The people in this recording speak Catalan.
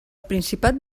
principat